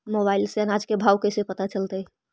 Mobile से अनाज के भाव कैसे पता चलतै?